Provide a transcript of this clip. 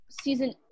season